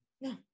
No